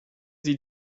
sie